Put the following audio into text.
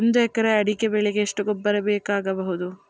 ಒಂದು ಎಕರೆ ಅಡಿಕೆ ಬೆಳೆಗೆ ಎಷ್ಟು ಗೊಬ್ಬರ ಬೇಕಾಗಬಹುದು?